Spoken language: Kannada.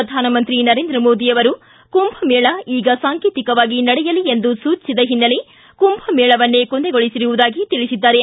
ಪ್ರಧಾನಮಂತ್ರಿ ನರೇಂದ್ರ ಮೋದಿ ಅವರು ಕುಂಭಮೇಳ ಈಗ ಸಾಂಕೇತಿಕವಾಗಿ ನಡೆಯಲಿ ಎಂದು ಸೂಚಿಸಿದ ಹಿನ್ನೆಲೆ ಕುಂಭ ಮೇಳವನ್ನೇ ಕೊನೆಗೊಳಿಸಿರುವುದಾಗಿ ತಿಳಿಸಿದ್ದಾರೆ